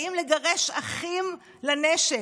באים לגרש אחים לנשק,